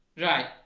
Right